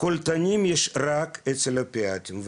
קולטנים יש רק באופיאטיים.